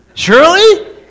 Surely